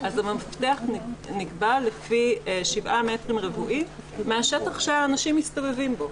אז המפתח נקבע לפי שבעה מ"ר מהשטח שאנשים מסתובבים בו.